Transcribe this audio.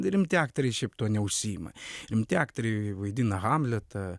rimti aktoriai šiaip tuo neužsiima rimti aktoriai vaidina hamletą